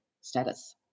status